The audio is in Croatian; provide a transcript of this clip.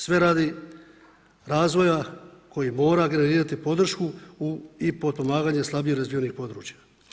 Sve radi razvoja koji mora generirati podršku i potpomaganje slabije razvijenih područja.